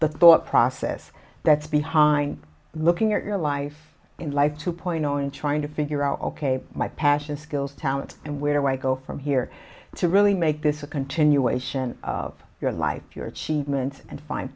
the thought process that's behind looking at your life in life two point zero in trying to figure out ok my passion skills talents and where i go from here to really make this a continuation of your life your achievements and find